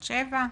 19:00,